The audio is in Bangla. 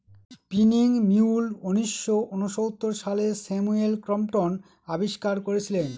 স্পিনিং মিউল উনিশশো ঊনসত্তর সালে স্যামুয়েল ক্রম্পটন আবিষ্কার করেছিলেন